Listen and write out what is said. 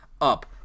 up